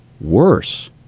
worse